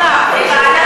כפי